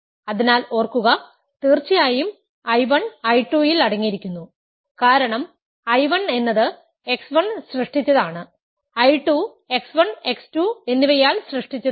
അതിനാൽ ഓർക്കുക തീർച്ചയായും I1 I2 ൽ അടങ്ങിയിരിക്കുന്നു കാരണം I 1 എന്നത് x 1 സൃഷ്ടിച്ചതാണ് I2 x 1 x 2 എന്നിവയാൽ സൃഷ്ടിച്ചതാണ്